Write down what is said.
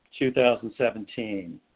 2017